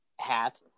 hat